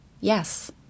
Yes